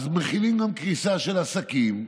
אז מכילים גם קריסה של עסקים.